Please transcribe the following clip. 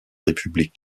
république